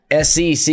SEC